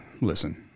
listen